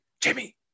Jimmy